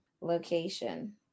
location